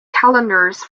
calendars